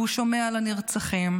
והוא שומע על הנרצחים,